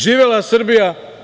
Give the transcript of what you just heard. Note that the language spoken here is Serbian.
Živela Srbija.